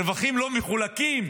רווחים לא מחולקים.